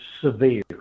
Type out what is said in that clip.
severe